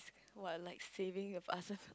what like saving your